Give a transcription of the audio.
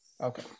Okay